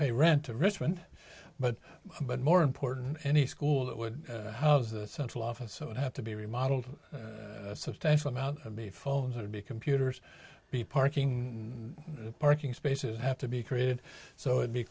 pay rent to richmond but but more important any school that would house the central office would have to be remodeled a substantial amount of the phones would be computers the parking parking spaces have to be created so it be